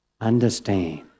understand